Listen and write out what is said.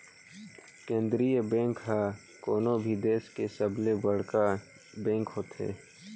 केंद्रीय बेंक ह कोनो भी देस के सबले बड़का बेंक होथे